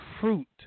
fruit